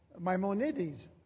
Maimonides